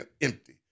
empty